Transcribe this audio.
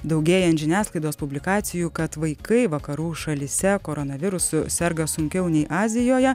daugėjant žiniasklaidos publikacijų kad vaikai vakarų šalyse koronavirusu serga sunkiau nei azijoje